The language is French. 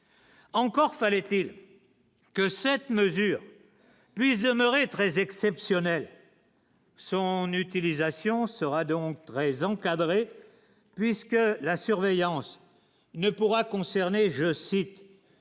encore fallait-il que cette mesure plus très exceptionnel. Son utilisation sera donc très encadrée, puisque la surveillance ne pourra concerner, je cite,